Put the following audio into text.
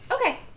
Okay